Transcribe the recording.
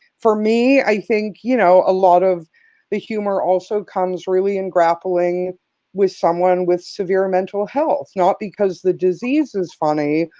for me, i think you know a lot of the humor also comes really engrappling with someone with severe mental health, not because the disease is funny,